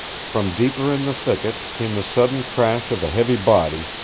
from deeper in the thicket came the sudden crash of a heavy body,